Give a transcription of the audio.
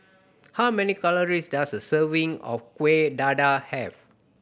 how many calories does a serving of Kuih Dadar have